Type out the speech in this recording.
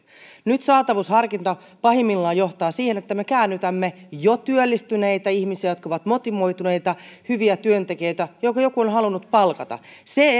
nyt saatavuusharkinta pahimmillaan johtaa siihen että me käännytämme jo työllistyneitä ihmisiä jotka ovat motivoituneita hyviä työntekijöitä jotka joku on halunnut palkata se